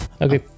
Okay